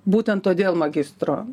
būtent todėl magistro